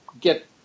get